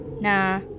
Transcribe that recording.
Nah